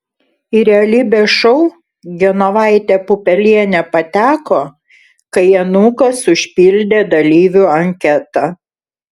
į realybės šou genovaitė pupelienė pateko kai anūkas užpildė dalyvių anketą